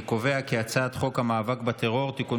אני קובע כי הצעת חוק המאבק בטרור (תיקון